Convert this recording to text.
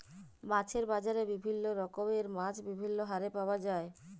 মাছের বাজারে বিভিল্য রকমের মাছ বিভিল্য হারে পাওয়া যায়